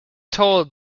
told